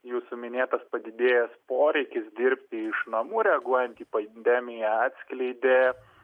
jūsų minėtas padidėjęs poreikis dirbti iš namų reaguojant į pandemiją atskleidė